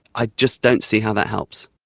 i just don't see how that helps.